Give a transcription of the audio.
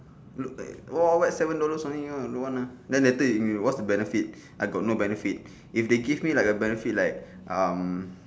look like wild wild wet seven dollars only don't want lah then later in you what's the benefits I got no benefits if they give me like a benefits like um